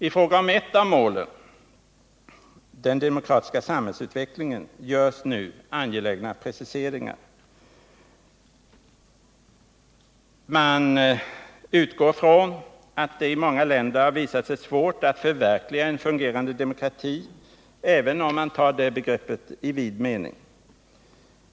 I fråga om ett av målen — den demokratiska samhällsutvecklingen — görs nu angelägna preciseringar. Man utgår ifrån att det i många länder har visat sig svårt att förverkliga en fungerande demokrati, även om man tar det begreppet i vid mening.